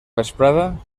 vesprada